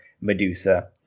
Medusa